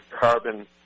Carbon